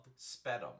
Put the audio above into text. spedum